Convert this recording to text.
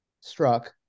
struck